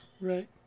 Right